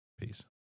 Peace